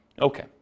Okay